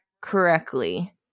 correctly